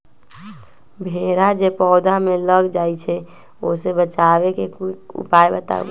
भेरा जे पौधा में लग जाइछई ओ से बचाबे के उपाय बताऊँ?